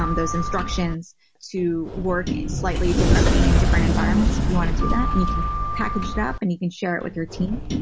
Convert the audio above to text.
um those instructions to work slightly differently in different environments if you want to do that and you can package it up and you can share it with your team.